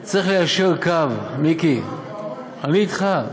צריך ליישר קו, מיקי, אני אתך.